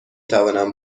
توانم